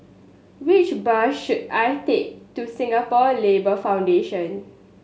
which bus should I take to Singapore Labour Foundation